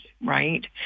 right